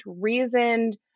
reasoned